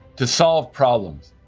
to solve problems,